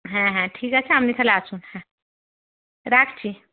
হ্যাঁ হ্যাঁ ঠিক আছে আপনি তাহলে আসুন হ্যাঁ রাখছি